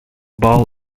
ball